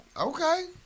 Okay